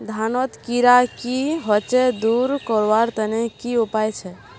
धानोत कीड़ा की होचे दूर करवार तने की उपाय छे?